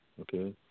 Okay